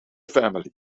family